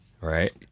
Right